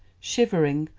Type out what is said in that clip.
shivering,